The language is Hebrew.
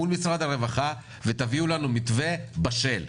מול משרד הרווחה ותביאו לנו מתווה בשל,